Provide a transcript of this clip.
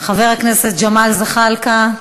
חבר הכנסת ג'מאל זחאלקה,